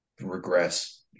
regress